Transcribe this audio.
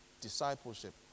discipleship